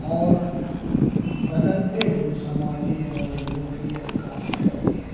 اور بدلتے ہوئے سماجی رویوں کی عکاسی کرتی ہے